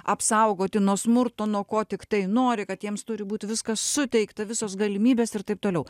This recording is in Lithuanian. apsaugoti nuo smurto nuo ko tiktai nori kad jiems turi būt viskas suteikta visos galimybės ir taip toliau